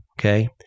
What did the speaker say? Okay